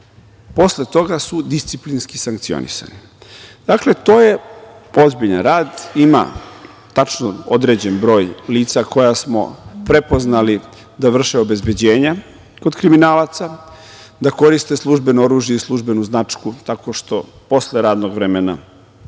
posle toga su disciplinski sankcionisani. Dakle, to je ozbiljan rad. Ima tačno određen broj lica koja smo prepoznali da vrše obezbeđenja kod kriminalaca, da koriste službena oružja i službenu značku tako što posle radnog vremena